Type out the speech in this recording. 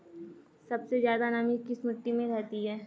सबसे ज्यादा नमी किस मिट्टी में रहती है?